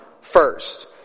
first